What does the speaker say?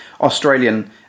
Australian